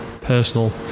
personal